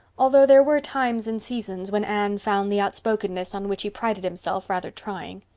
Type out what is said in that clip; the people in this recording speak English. although there were times and seasons when anne found the outspokenness on which he prided himself rather trying.